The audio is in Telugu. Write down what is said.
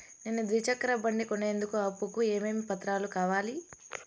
నేను ద్విచక్ర బండి కొనేందుకు అప్పు కు ఏమేమి పత్రాలు కావాలి?